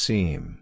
Seem